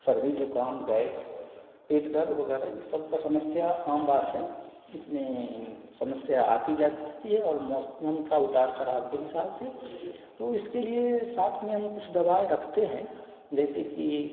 सर्दी ज़ुकाम गैस पेट दर्द वगैरह ये सब का समस्या आम बात है इसमें समस्या आती जाती रहती है और मौसम का उतार चढ़ाव के हिसाब से तो इसके लिए साथ में हम कुछ दवाएँ रखते हैं जैसे कि